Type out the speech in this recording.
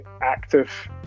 active